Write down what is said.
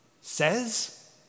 says